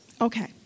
Okay